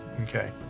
okay